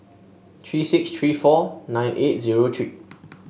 three six three four nine eight zero three